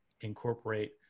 incorporate